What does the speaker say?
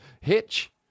Hitch